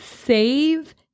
save